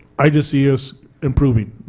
i just see us improving.